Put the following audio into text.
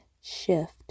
shift